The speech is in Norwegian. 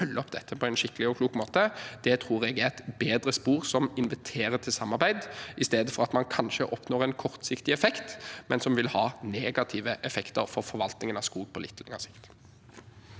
å følge opp dette på en skikkelig og klok måte. Det tror jeg er et bedre spor som inviterer til samarbeid, i stedet for at man kanskje oppnår en effekt som er kortsiktig, men som vil ha negative effekter for forvaltningen av skog på litt lengre sikt.